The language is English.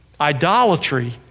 idolatry